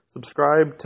Subscribe